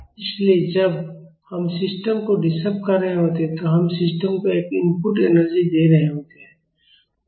dt इसलिए जब हम सिस्टम को डिस्टर्ब कर रहे होते हैं तो हम सिस्टम को एक इनपुट एनर्जी दे रहे होते हैं